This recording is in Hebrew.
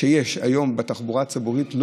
שיש היום בתחבורה הציבורית.